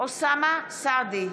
אוסאמה סעדי,